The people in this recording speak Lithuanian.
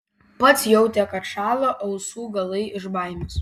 pats jautė kad šąla ausų galai iš baimės